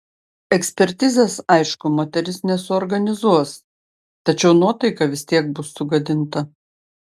ekspertizės aišku moteris nesuorganizuos tačiau nuotaika vis tiek bus sugadinta